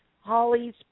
Holly's